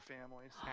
families